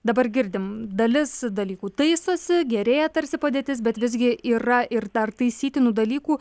dabar girdim dalis dalykų taisosi gerėja tarsi padėtis bet visgi yra ir dar taisytinų dalykų